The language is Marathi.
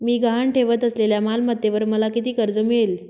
मी गहाण ठेवत असलेल्या मालमत्तेवर मला किती कर्ज मिळेल?